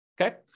Okay